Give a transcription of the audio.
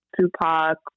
Tupac